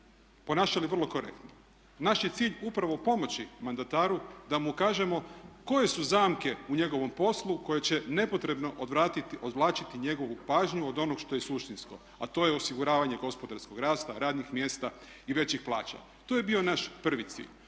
ponašali vrlo korektno. Naš je cilj upravo pomoći mandataru da mu ukažemo koje su zamke u njegovom poslu koje će nepotrebno odvlačiti njegovu pažnju od onog što je suštinsko, a to je osiguravanje gospodarskog rasta, radnih mjesta i većih plaća. To je bio naš prvi cilj.